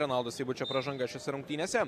renaldo seibučio pražanga šiose rungtynėse